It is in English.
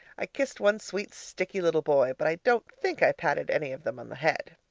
i kissed one sweet, sticky little boy but i don't think i patted any of them on the head!